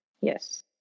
yes